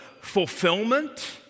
fulfillment